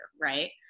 right